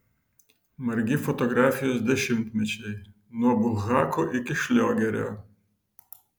margi fotografijos dešimtmečiai nuo bulhako iki šliogerio